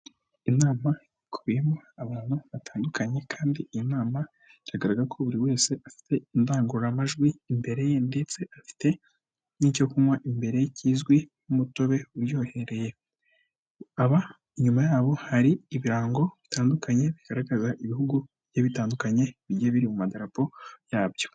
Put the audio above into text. Inama ikubiyemo abantu batandukanye, kandi iyi nama yagaraga ko buri wese afite indangururamajwi imbere ye ndetse afite n'icyo kunywa imbere kizwi nk'umutobe uryohereye, aba inyuma yabo hari ibirango bitandukanye bigaragaza ibihugu bigiye bitandukanye, bigiye biri mu ma rapo yabyo.